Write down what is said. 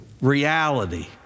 reality